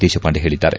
ದೇಶಪಾಂಡೆ ಹೇಳಿದ್ದಾರೆ